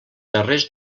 darrers